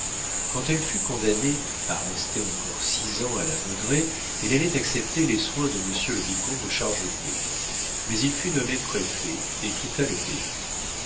quand elle fut condamnée à rester encore six ans à la baudraye elle allait accepter les soins de monsieur le vicomte de chargebœuf mais il fut nommé préfet et quitta le pays